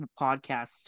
podcast